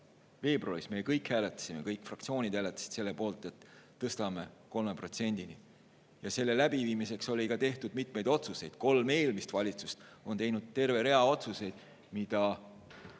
veebruaris me kõik hääletasime, kõik fraktsioonid hääletasid selle poolt, et tõstame 3%‑ni [SKT-st], ja selle läbiviimiseks oli tehtud mitmeid otsuseid. Kolm eelmist valitsust on teinud terve rea otsuseid, mida